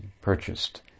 purchased